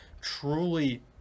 truly